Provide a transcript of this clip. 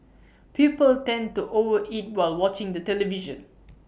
people tend to over eat while watching the television